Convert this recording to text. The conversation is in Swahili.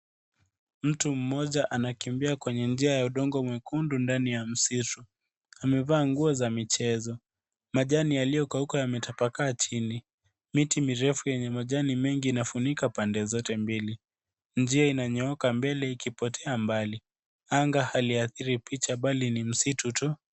Mtu mmoja anakimbia kwenye njia yenye udongo mwekundu ndani ya msitu. Amevaa nguo za michezo. Majani yaliyokauka yametapakaa chini. Miti mkirefu yenye majani mengi inafunika pande zote mbili. Njia inanyooka mbele ikipotea mbali. Anga haliathiri picha bali ni msitu tu.